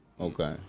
okay